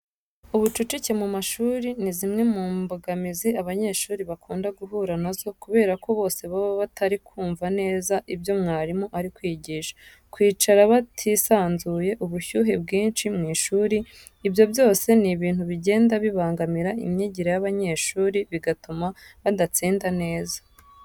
Ubucucike mu mashuri ni zimwe mu mbogamizi abanyeshuri bakunda guhura na zo kubera ko bose baba batari kumva neza ibyo mwarimu ari kwigisha. Kwicara batisanzuye, ubushyuhe bwinshi mu ishuri, ibyo byose ni ibintu bigenda bibangamira imyigire y'abanyeshuri bigatuma badatsinda neza.